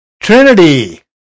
Trinity